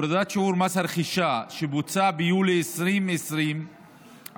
הורדת שיעור מס הרכישה שבוצעה ביולי 2020 על